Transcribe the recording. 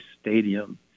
stadium